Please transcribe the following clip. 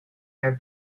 your